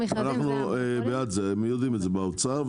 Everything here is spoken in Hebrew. אנחנו בעד זה, והם יודעים את זה באוצר.